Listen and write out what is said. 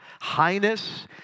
highness